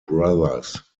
brothers